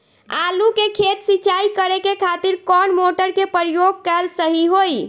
आलू के खेत सिंचाई करे के खातिर कौन मोटर के प्रयोग कएल सही होई?